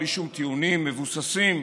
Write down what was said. בלי שום טיעונים מבוססים,